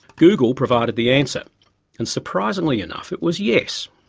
google provided the answer and surprisingly enough it was yes.